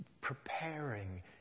preparing